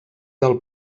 del